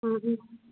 ꯎꯝ ꯎꯝ